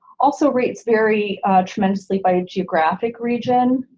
also rates vary tremendously by geographic region.